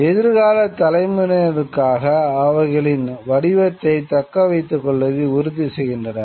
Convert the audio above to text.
எதிர்கால தலைமுறையினருக்காக அவைகளின் வடிவத்தைத் தக்கவைத்துக் கொள்வதை உறுதி செய்கின்றனர்